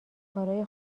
کارای